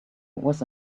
was